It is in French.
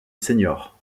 senior